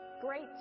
Great